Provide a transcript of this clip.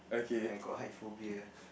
I got height phobia